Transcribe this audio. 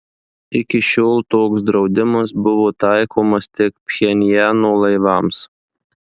iki šiol toks draudimas buvo taikomas tik pchenjano laivams